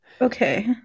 Okay